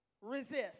resist